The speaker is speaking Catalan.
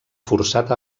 forçat